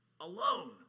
alone